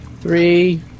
three